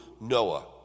Noah